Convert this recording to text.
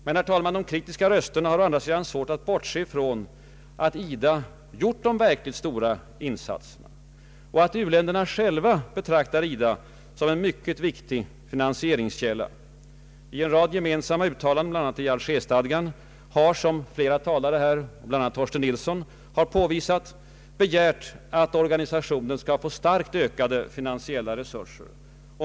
Men, herr talman, de kritiska rösterna har å andra sidan svårt att bortse ifrån att IDA gjort de verkligt stora insatserna, och att u-länderna själva betraktar IDA som en mycket viktig finansieringskälla. I en rad gemensamma uttalanden, bl.a. i Alger-stadgan har — som flera talare här, bl.a. Torsten Nilsson påvisat — begärts att organisationen skall få starkt ökade finansiella resurser.